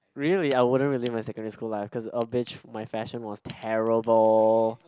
really I wouldn't relive my secondary school lah cause uh bitch my fashion was terrible